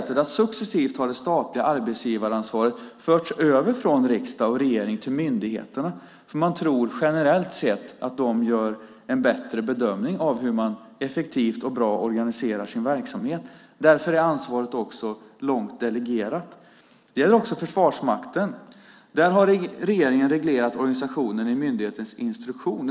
Successivt har det statliga arbetsgivaransvaret förts över från riksdag och regering till myndigheterna, för man tror generellt sett att de gör en bättre bedömning av hur man effektivt och bra organiserar sin verksamhet. Därför är ansvaret långt delegerat. Det gäller också Försvarsmakten. Där har regeringen reglerat organisationen i myndighetens instruktion.